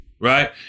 right